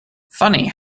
funny